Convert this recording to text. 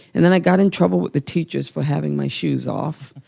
and then i got in trouble with the teachers for having my shoes off.